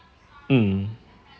mm